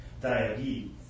Diabetes